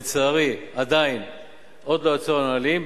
לצערי, עוד לא יצאו הנהלים.